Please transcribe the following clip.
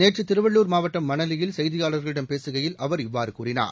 நேற்றதிருவள்ளர் மாவட்டம் மணலியில் செய்தியாளர்களிடம் அவர் இவ்வாறுகூறினார்